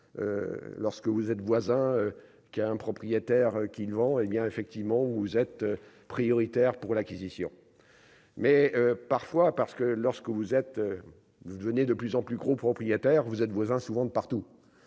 lorsque vous êtes voisin qui a un propriétaire qui vont, hé bien effectivement, vous êtes prioritaire pour l'acquisition, mais parfois, parce que lorsque vous êtes devenait de plus en plus gros propriétaire vous êtes voisin souvent de partout